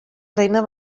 reina